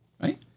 right